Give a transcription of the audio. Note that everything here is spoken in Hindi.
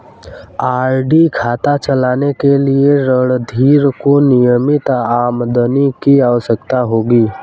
आर.डी खाता चलाने के लिए रणधीर को नियमित आमदनी की आवश्यकता होगी